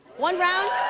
one round.